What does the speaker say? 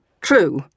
True